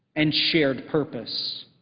and shared purpose.